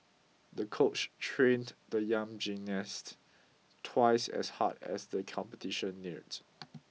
the coach trained the young gymnast twice as hard as the competition neared